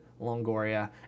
Longoria